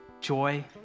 joy